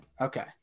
Okay